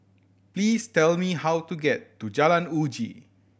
please tell me how to get to Jalan Uji